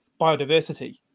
biodiversity